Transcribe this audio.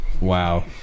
Wow